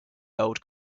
held